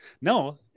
No